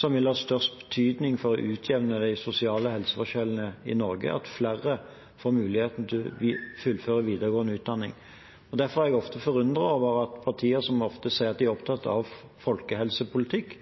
som vil ha størst betydning for å utjevne de sosiale helseforskjellene i Norge, at flere får mulighet til å fullføre videregående utdanning. Derfor er jeg ofte forundret over at partier som sier at de er opptatt av folkehelsepolitikk,